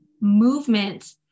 movement